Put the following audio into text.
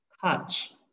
touch